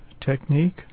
technique